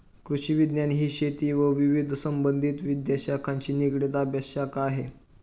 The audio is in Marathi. कृषिविज्ञान ही शेती व विविध संबंधित विद्याशाखांशी निगडित अभ्यासशाखा आहे